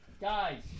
Guys